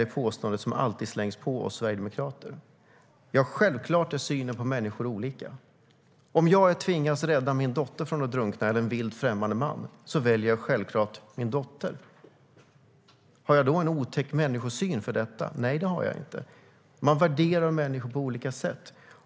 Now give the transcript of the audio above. Det påståendet slängs alltid i ansiktet på oss sverigedemokrater. Ja, självklart är synen på människor olika. Om jag tvingas välja mellan att rädda min dotter eller en vilt främmande man från att drunkna väljer jag självklart min dotter. Har jag då en otäck människosyn? Nej, det har jag inte. Man värderar människor på olika sätt.